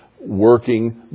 working